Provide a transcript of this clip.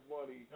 Money